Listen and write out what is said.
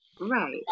Right